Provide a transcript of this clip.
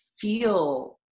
feel